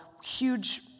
huge